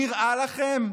נראה לכם?